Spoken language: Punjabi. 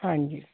ਹਾਂਜੀ